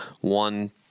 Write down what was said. one